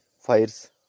fires